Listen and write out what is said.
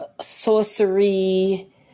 sorcery